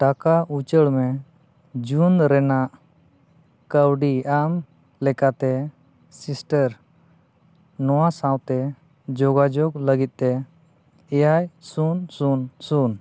ᱴᱟᱠᱟ ᱩᱪᱟᱹᱲ ᱢᱮ ᱡᱩᱱ ᱨᱮᱱᱟᱜ ᱠᱟᱣᱰᱤ ᱟᱢ ᱞᱮᱠᱟᱛᱮ ᱥᱤᱥᱴᱟᱨ ᱱᱚᱣᱟ ᱥᱟᱶᱛᱮ ᱛᱮ ᱡᱳᱜᱟᱡᱳᱜᱽ ᱞᱟᱹᱜᱤᱫ ᱛᱮ ᱮᱭᱟᱭ ᱥᱩᱱ ᱥᱩᱱ ᱥᱩᱱ